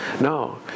no